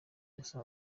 gusa